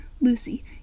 Lucy